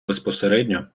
безпосередньо